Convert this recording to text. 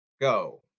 Go